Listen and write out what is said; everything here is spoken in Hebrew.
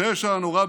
"הפשע הנורא"